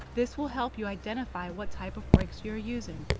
this will help you identify what type of breaks you are using.